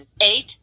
eight